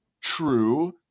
true